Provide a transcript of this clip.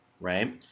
right